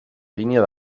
línia